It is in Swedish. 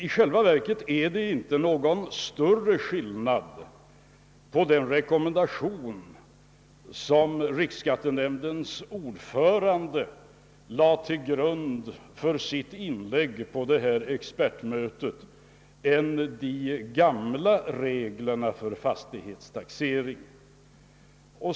I själva verket är det inte någon större skillnad mellan den rekommendation som riksskattenämndens ordförande lade till grund för sitt inlägg på expertmötet och de gamla reglerna för fastighetstaxering.